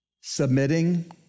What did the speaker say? submitting